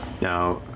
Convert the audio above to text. Now